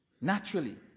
Naturally